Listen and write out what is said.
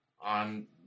on